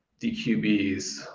DQBs